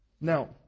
Now